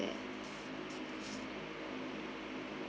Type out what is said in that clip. that